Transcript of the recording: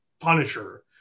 Punisher